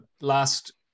last